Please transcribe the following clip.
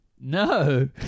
No